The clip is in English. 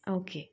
okay